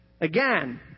again